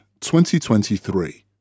2023